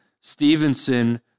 Stevenson